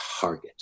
target